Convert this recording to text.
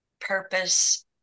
purpose